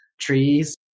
trees